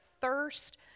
thirst